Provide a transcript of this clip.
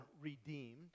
redeemed